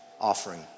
offering